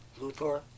Luthor